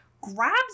grabs